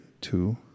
Two